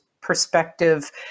perspective